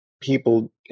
people